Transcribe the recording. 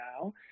Now